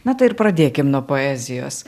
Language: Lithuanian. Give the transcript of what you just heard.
na tai ir pradėkim nuo poezijos